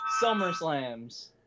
SummerSlams